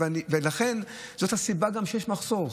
לכן, זאת גם הסיבה שיש מחסור.